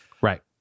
Right